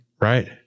Right